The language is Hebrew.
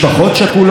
כל יום.